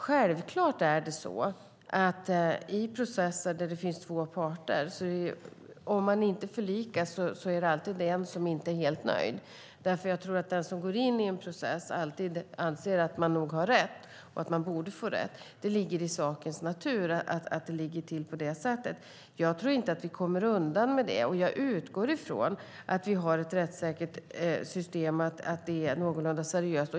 Självklart är det så att det i processer där det finns två parter och där det inte förlikas alltid är en som inte är helt nöjd. Jag tror nämligen att den som går in i en process alltid anser att man har rätt och att man borde få rätt. Det ligger i sakens natur att det ligger till på det sättet. Jag tror inte att vi kommer undan det. Jag utgår ifrån att vi har ett rättssäkert system och att det är någorlunda seriöst.